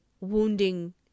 wounding